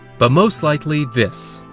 but most likely this.